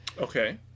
Okay